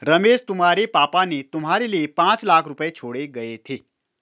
रमेश तुम्हारे पापा ने तुम्हारे लिए पांच लाख रुपए छोड़े गए थे